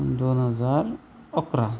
दोन हजार अकरा